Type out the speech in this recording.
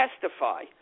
testify